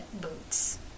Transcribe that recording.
boots